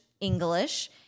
English